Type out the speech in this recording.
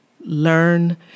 learn